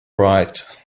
right